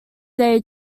day